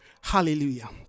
Hallelujah